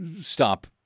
stop